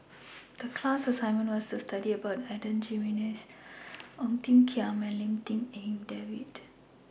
The class assignment was to study about Adan Jimenez Ong Tiong Khiam and Lim Tik En David